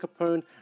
Capone